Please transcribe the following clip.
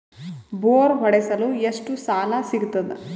Bore ಹೊಡೆಸಲು ಎಷ್ಟು ಸಾಲ ಸಿಗತದ?